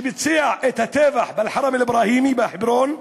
שביצע את הטבח באל-חרם אל-אברהימי שבחברון.